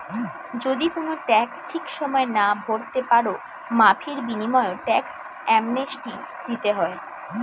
যদি কুনো ট্যাক্স ঠিক সময়ে না ভোরতে পারো, মাফীর বিনিময়ও ট্যাক্স অ্যামনেস্টি দিতে হয়